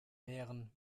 wäre